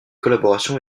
collaboration